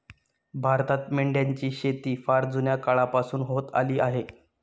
भारतात मेंढ्यांची शेती फार जुन्या काळापासून होत आली आहे